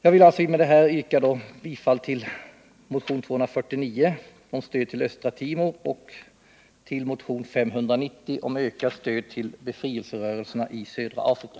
Jag vill med detta yrka bifall till motionen 249 om stöd till Östra Timor och till motionen 590 om ökat stöd till befrielserörelserna i södra Afrika.